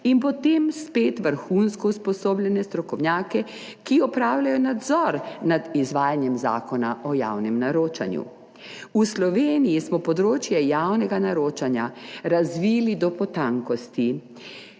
in potem spet vrhunsko usposobljene strokovnjake, ki opravljajo nadzor nad izvajanjem Zakona o javnem naročanju. V Sloveniji smo področje javnega naročanja razvili do potankosti